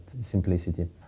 simplicity